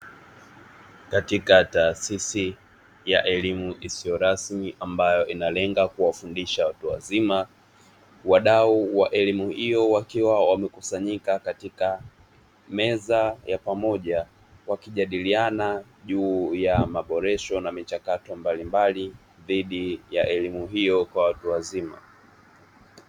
Katika taasisi ya elimu isiyo rasmi, ambayo inalenga kuwafundisha watu wazima wadau wa elimu hiyo wakiwa wamekusanyika katika meza ya pamoja wakijadiliana juu ya maboresho na michakato mbalimbali, dhidi ya elimu hiyo kwa watu wazima.